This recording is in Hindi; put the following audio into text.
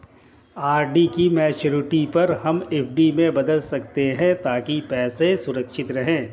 आर.डी की मैच्योरिटी पर हम एफ.डी में बदल सकते है ताकि पैसे सुरक्षित रहें